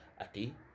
Ati